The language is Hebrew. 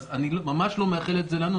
אז אני ממש לא מאחל את זה לנו.